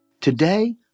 Today